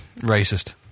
Racist